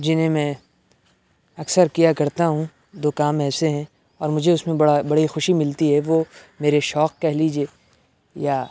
جنہیں میں اکثر کیا کرتا ہوں دو کام ایسے ہیں اور مجھے اس میں بڑا بڑی خوشی ملتی ہے وہ میرے شوق کہہ لیجے یا